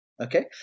Okay